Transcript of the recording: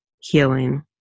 healing